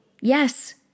Yes